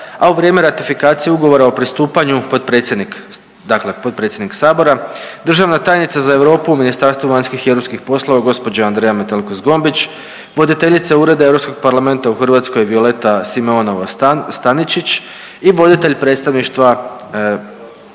a u vrijeme ratifikacije ugovora o pristupanju potpredsjednik, dakle potpredsjednik sabora, državna tajnica za Europu u Ministarstvu vanjskih i europskih poslova gospođa. Andreja Metelko Zgombić, voditeljica Ureda Europskog parlamenta u Hrvatskoj Violeta Simenova Staničić i voditelj predstavništva